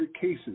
cases